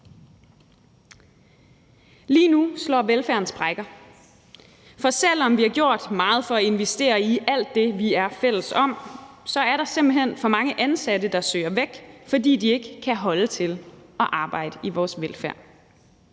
Lige nu slår velfærden sprækker, for selv om vi har gjort meget for at investere i alt det, vi er fælles om, er der simpelt hen for mange ansatte, der søger væk, fordi de ikke kan holde til at arbejde i vores velfærd.